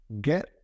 get